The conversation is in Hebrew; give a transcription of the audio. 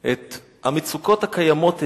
את המצוקות הקיימות אצלנו.